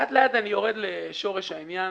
לאט לאט אני יורד לשורש העניין